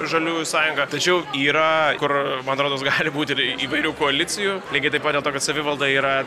žaliųjų sąjunga tačiau yra kur man rodos gali būti ir įvairių koalicijų lygiai taip pat dėl to kad savivalda yra